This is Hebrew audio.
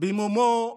במומו פוסל.